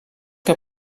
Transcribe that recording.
que